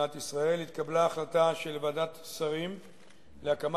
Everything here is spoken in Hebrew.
במדינת ישראל התקבלה החלטה של ועדת השרים להקמת